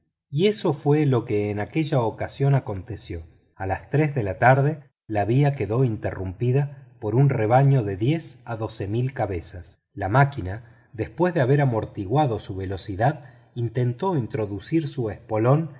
y eso fue lo que en aquella ocasión aconteció a las tres de la tarde la vía quedó interrumpida por un rebaño de diez o doce mil cabezas la máquina después de haber amortiguado la velocidad intentó introducir su espolón